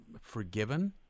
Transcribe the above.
forgiven